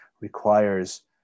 requires